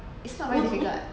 我